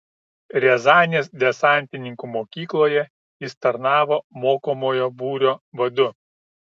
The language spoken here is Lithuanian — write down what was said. riazanės desantininkų mokykloje jis tarnavo mokomojo būrio vadu